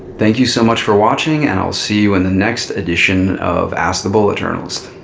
thank you so much for watching, and i'll see you in the next edition of ask the bullet journalists.